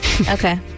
Okay